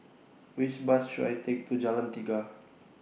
Which Bus should I Take to Jalan Tiga